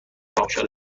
ابشار